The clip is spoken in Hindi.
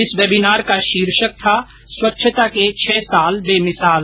इस वेबिनार का शीर्षक था स्वच्छता के छह साल बेमिसाल